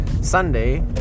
sunday